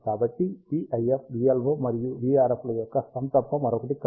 కాబట్టి vIF vLO మరియు vRF ల యొక్క సమ్ తప్ప మరొకటి కాదు